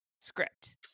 script